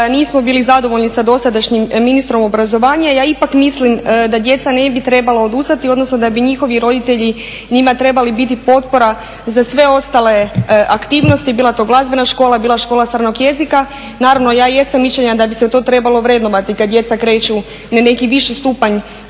nismo bili zadovoljni sa dosadašnjim ministrom obrazovanja. Ja ipak mislim da djeca ne bi trebala odustati odnosno da bi njihovi roditelji njima trebali biti potpora za sve ostale aktivnosti, bila to glazbena škola, bila škola stranog jezika. Naravno ja jesam mišljenja da bi se to trebalo vrednovati kada djeca kreću na neki viši stupanj